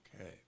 Okay